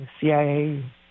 CIA